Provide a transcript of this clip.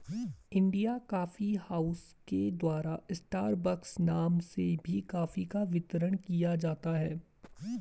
India Coffee House के द्वारा Starbucks नाम से भी कॉफी का वितरण किया जाता है